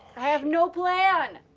i have no plan!